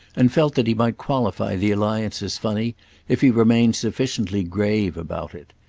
and felt that he might qualify the alliance as funny if he remained sufficiently grave about it.